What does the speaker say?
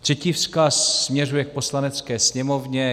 Třetí vzkaz směřuje k Poslanecké sněmovně.